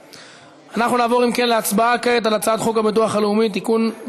אנחנו נעבור כעת להצבעה על הצעת חוק הביטוח הלאומי (תיקון,